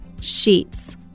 Sheets